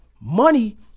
money